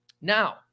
Now